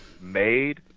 made